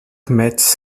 met